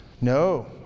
No